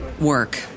work